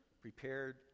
prepared